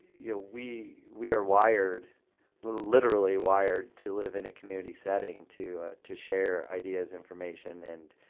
yeah we we are wired, we're literally wired to live in a community setting to to share ideas, information and